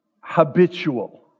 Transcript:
habitual